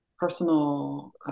personal